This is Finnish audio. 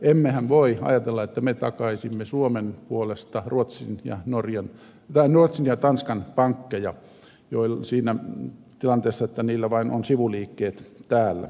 emmehän voi ajatella että me takaisimme suomen puolesta ruotsin ja tanskan pankkeja siinä tilanteessa että niillä on vain sivuliikkeet täällä